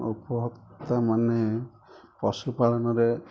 ଆଉ କୁହ ତା ପଶୁ ପାଳନରେ